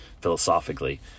philosophically